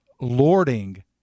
Lording